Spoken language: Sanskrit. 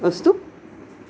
अस्तु